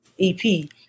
EP